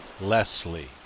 Leslie